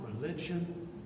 religion